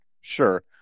Sure